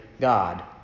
God